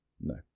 No